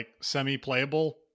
semi-playable